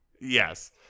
Yes